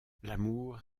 l’amour